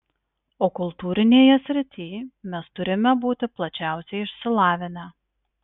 o kultūrinėje srityj mes turime būti plačiausiai išsilavinę